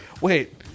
wait